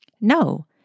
No